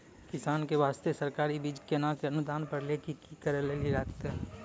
किसान के बास्ते सरकारी बीज केना कऽ अनुदान पर लै के लिए की करै लेली लागतै?